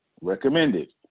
recommended